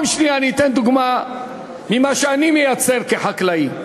שנית, אני אתן דוגמה ממה שאני מייצר כחקלאי.